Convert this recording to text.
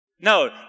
No